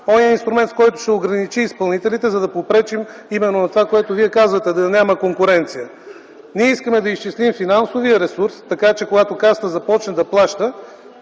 онзи инструмент, който ще ограничи изпълнителите, за да попречим именно на това, което вие казвате, да няма конкуренция. Ние искаме да изчислим финансовия ресурс, така че когато Касата започне да плаща,